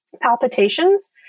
palpitations